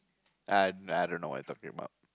I I don't know what you're talking about